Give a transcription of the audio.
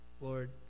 Lord